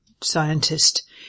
scientist